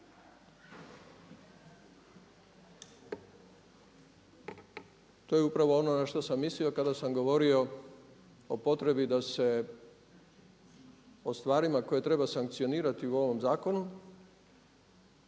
To je upravo ono na što sam mislio kada sam govorio o potrebi da se o stvarima koje treba sankcionirati u ovom zakonu